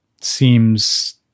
seems